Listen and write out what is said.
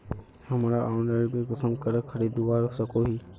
हमरा ऑनलाइन बीज कुंसम करे खरीदवा सको ही?